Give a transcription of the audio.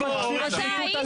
אתה מכשיר שחיתות.